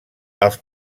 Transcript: els